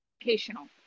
educational